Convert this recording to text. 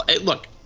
look